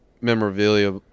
memorabilia